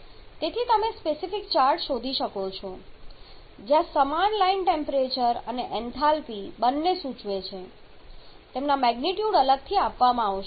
તેથી તમે specific chart શોધી શકો છો જ્યાં સમાન લાઈન ટેમ્પરેચર અને એન્થાલ્પી બંને સૂચવે છે તેમના મેગ્નીટ્યૂડ અલગથી આપવામાં આવશે